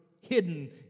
Hidden